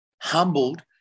humbled